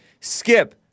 Skip